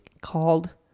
called